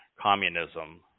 communism